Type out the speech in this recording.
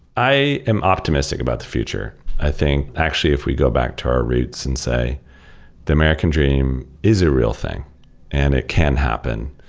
i am optimistic about the future. i think actually if we go back to our roots and say the american dream is a real thing and it can happen.